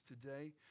today